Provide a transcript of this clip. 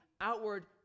outward